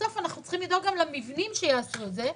בסוף אנחנו צריכים לדאוג גם למבנים שיעשו את זה,